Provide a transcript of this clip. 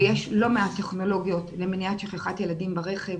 ויש לא מעט טכנולוגיות למניעת שכחת ילדים ברכב,